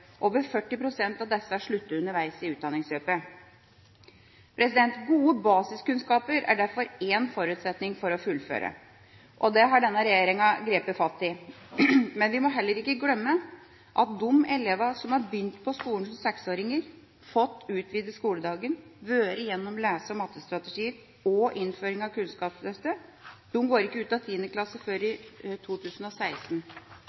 Over 40 pst. av disse sluttet underveis i utdanningsløpet. Gode basiskunnskaper er derfor en forutsetning for å fullføre, og det har denne regjeringa grepet fatt i. Men vi må heller ikke glemme at de elevene som har begynt på skolen som seksåringer, fått utvidet skoledagen, vært gjennom lese- og mattestrategier og innføringa av Kunnskapsløftet, ikke går ut av tiende klasse før